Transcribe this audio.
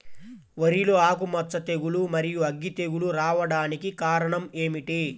వరిలో ఆకుమచ్చ తెగులు, మరియు అగ్గి తెగులు రావడానికి కారణం ఏమిటి?